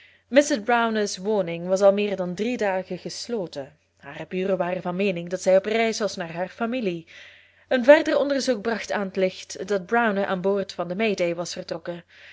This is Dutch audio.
mrs browner's woning was al meer dan drie dagen gesloten haar buren waren van meening dat zij op reis was naar haar familie een verder onderzoek bracht aan t licht dat browner aan boord van de may day was vertrokken